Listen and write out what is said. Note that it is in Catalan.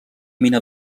mina